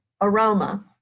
aroma